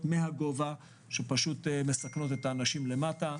מהגובה שמסכנות גם את האנשים למטה.